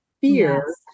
fear